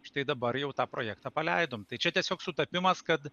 štai dabar jau tą projektą paleidom tai čia tiesiog sutapimas kad